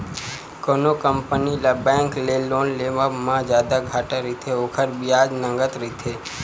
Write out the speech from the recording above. कोनो कंपनी ल बेंक ले लोन लेवब म जादा घाटा रहिथे, ओखर बियाज नँगत रहिथे